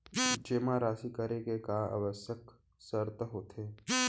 जेमा राशि करे के का आवश्यक शर्त होथे?